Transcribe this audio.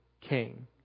King